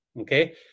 okay